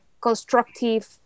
constructive